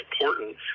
important